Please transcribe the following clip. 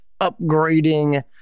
upgrading